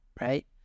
right